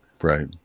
Right